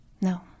No